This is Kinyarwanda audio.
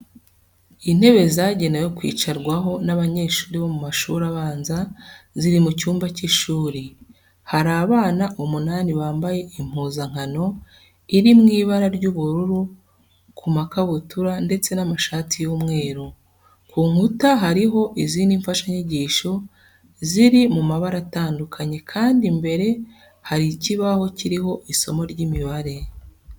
Intebe zagenewe kwicarwaho n'abanyeshuri bo mu mashuri abanza ziri mu cyumba cy'ishuri. Hari abana umunani bambaye impuzankano iri mu ibara ry'ubururu ku makabutura ndetse n'amashati y'umweru. Ku nkuta hariho izindi mfashanyigisho ziri mu mabara atandukanye kandi imbere hari ikibaho kiriho isomo ry'imibare.